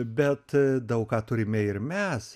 bet daug ką turime ir mes